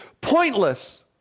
pointless